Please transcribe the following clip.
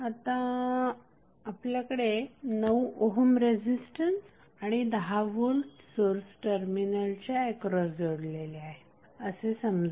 आता आपल्याकडे 9 ohm resistance आणि 10V सोर्स टर्मिनलच्या एक्रॉस जोडलेले आहेत असे समजूया